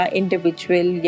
individual